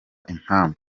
impamvu